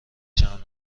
جمع